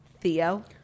Theo